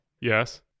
Yes